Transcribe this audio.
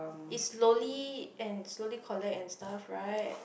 it's slowly and slowly collect and stuff right